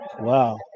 Wow